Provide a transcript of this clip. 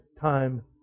time